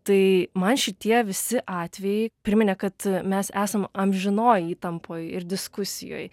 tai man šitie visi atvejai priminė kad mes esam amžinoj įtampoj ir diskusijoj